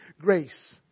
grace